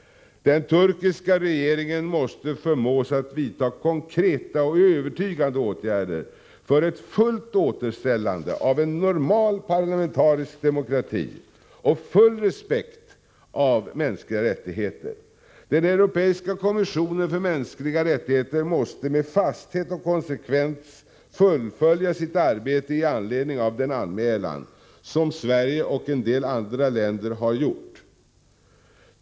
Den turkiska regeringen måste förmås att vidta konkreta och övertygande åtgärder för ett fullt återställande av en normal parlamentarisk demokrati och av full respekt för mänskliga rättigheter. Den europeiska kommissionen för mänskliga rättigheter måste med fasthet och konsekvens fullfölja sitt arbete i anledning av den anmälan som Sverige och en del andra länder har gjort.